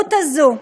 להידרדרות הזאת.